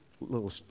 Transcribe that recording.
little